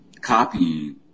copying